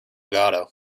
legato